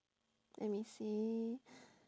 let me see